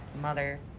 mother